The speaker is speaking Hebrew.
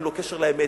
אין לו קשר לאמת,